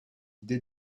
idée